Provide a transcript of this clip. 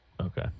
okay